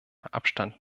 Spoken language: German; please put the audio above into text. abstand